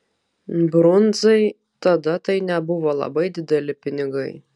brundzai tada tai nebuvo labai dideli pinigai